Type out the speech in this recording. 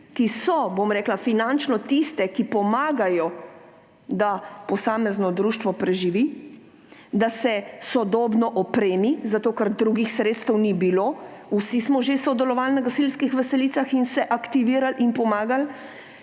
ki so, bom rekla, finančno tiste, ki pomagajo, da posamezno društvo preživi, da se sodobno opremi, zato ker drugih sredstev ni bilo – vsi smo že sodelovali na gasilskih veselicah in se aktivirali in pomagali